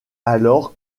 alors